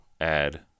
add